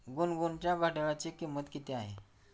गुनगुनच्या घड्याळाची किंमत किती आहे?